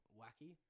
wacky